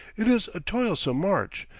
it is a toilsome march,